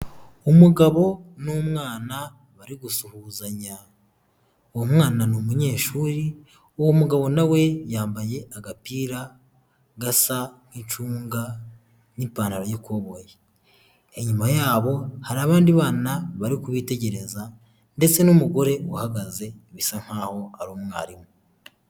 Umugabo n'umwana bari gusuhuzanya, uwo mwana ni umunyeshuri, uwo mugabo na we yambaye agapira gasa nk'icunga n'ipantaro y'ikoboyi, inyuma yabo hari abandi bana bari kubitegereza ndetse n'umugore uhagaze bisa nk'aho ari umwarimu.